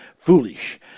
foolish